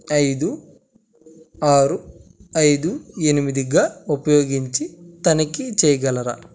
ఐదు ఆరు ఐదు ఎనిమిదిగా ఉపయోగించి తనిఖీ చేయగలరా